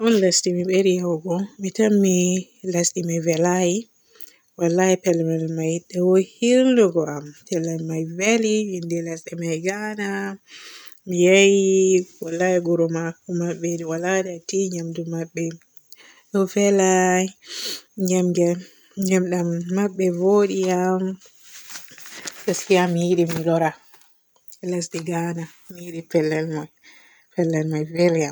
ɗon lesdi mimedi yahugo mi tammi lesdi may velay. Wallahi pellel may de hilnugo am. Pellel may veli innde lesde me Ghana. Mi yehi wallahi goro-wuro maɓɓeɗo waala detti, nyamdu maɓɓeɗo vela. Nyamgel nyamdam maɓɓevooli am. Gaskiya mi yiɗi mi loora lesdi Ghana. Mi yiɗi pellel may, pellel may velam.